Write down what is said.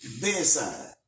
bedside